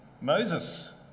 Moses